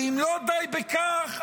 ואם לא די בכך,